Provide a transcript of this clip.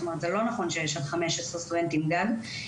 זאת אומרת, זה לא נכון שיש עד 15 סטודנטים גג.